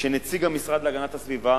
שנציג המשרד להגנת הסביבה